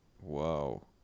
Whoa